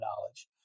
knowledge